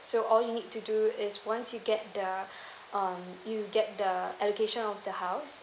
so all you need to do is once you get the um you get the allocation of the house